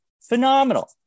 phenomenal